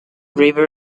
river